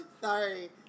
Sorry